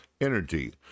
Energy